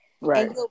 Right